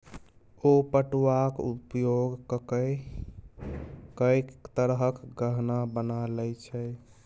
ओ पटुआक उपयोग ककए कैक तरहक गहना बना लए छै